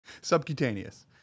Subcutaneous